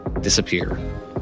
disappear